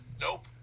Nope